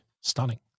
Stunning